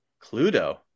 Cluedo